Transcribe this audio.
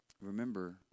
Remember